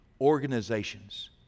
organizations